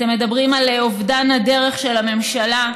אתם מדברים על אובדן הדרך של הממשלה,